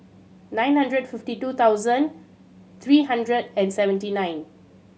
nine hundred fifty two thousand three hundred and seventy nine